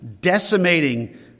decimating